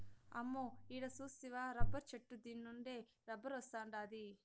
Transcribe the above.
అమ్మో ఈడ సూస్తివా రబ్బరు చెట్టు దీన్నుండే రబ్బరొస్తాండాది